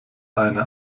eine